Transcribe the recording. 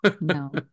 No